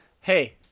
Hey